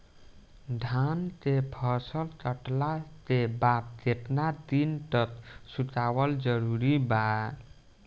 धान के फसल कटला के बाद केतना दिन तक सुखावल जरूरी बा?